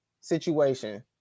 situation